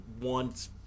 wants